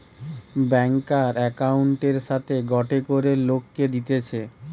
ব্যাংকার একউন্টের সাথে গটে করে লোককে দিতেছে